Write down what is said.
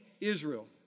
Israel